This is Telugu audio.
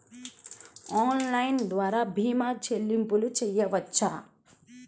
ఆన్లైన్ ద్వార భీమా చెల్లింపులు చేయవచ్చా?